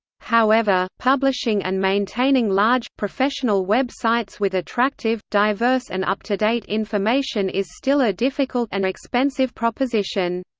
however, publishing and maintaining large, professional web sites with attractive, diverse and up-to-date information is still a difficult and expensive proposition.